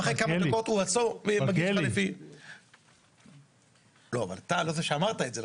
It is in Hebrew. ואחרי כמה דקות הוא מגיש --- מליכיאלי --- אתה הלוא זה שאמרת את זה,